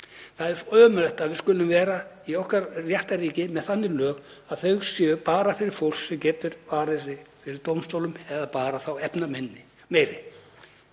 Það er ömurlegt að við skulum í okkar réttarríki vera með þannig lög að þau séu bara fyrir fólk sem getur varið sig fyrir dómstólum eða bara þá efnameiri.